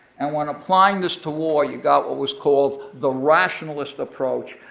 and when applying this to war, you got what was called the rationalist approach,